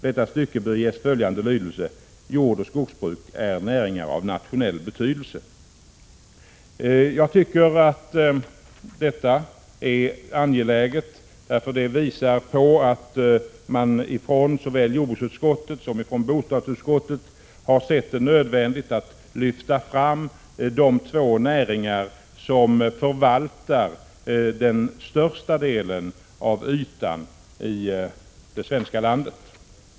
Detta stycke bör ges följande lydelse: ”Jordoch skogsbruk är näringar av nationell betydelse.” Jag tycker att ett sådant tillägg är angeläget, för det visar att man från såväl jordbruksutskottet som bostadsutskottet har sett det nödvändigt att betona vikten av de två näringar som förvaltar den största delen av ytan i Sveriges land.